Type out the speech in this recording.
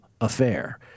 affair